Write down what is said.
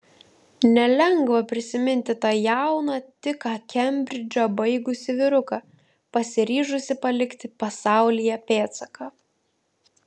nelengva prisiminti tą jauną tik ką kembridžą baigusį vyruką pasiryžusį palikti pasaulyje pėdsaką